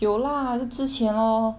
有 lah 是之前 lor